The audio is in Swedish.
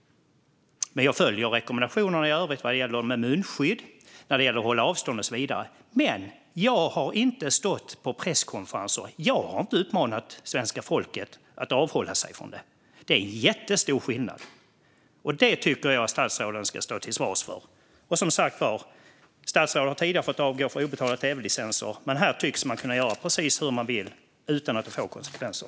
Jag följer dock rekommendationerna i övrigt när det gäller munskydd, att hålla avstånd och så vidare. Men jag har inte stått på presskonferenser och uppmanat svenska folket att avhålla sig från detta. Det är en jättestor skillnad. Det tycker jag att statsråden ska stå till svars för. Statsråd har som sagt tidigare fått avgå på grund av obetalda tv-licenser. Men här tycks man kunna göra precis hur man vill utan att det får konsekvenser.